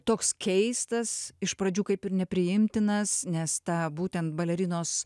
toks keistas iš pradžių kaip ir nepriimtinas nes ta būtent balerinos